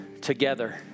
together